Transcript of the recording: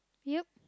yup